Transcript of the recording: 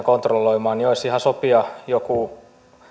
kontrolloimaan olisi ihan sopia joku